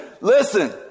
listen